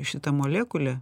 šita molekulė